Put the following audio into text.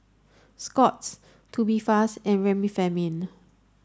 Scott's Tubifast and Remifemin